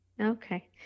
Okay